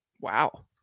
wow